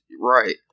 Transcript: Right